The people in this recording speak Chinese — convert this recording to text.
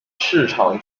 市场